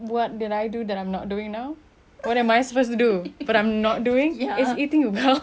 that I'm not doing is eating I've been eating macam-macam saya makan lah saya tak